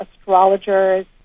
astrologers